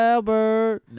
Albert